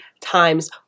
times